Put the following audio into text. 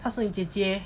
她是你姐姐